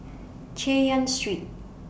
Chay Yan Street